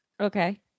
Okay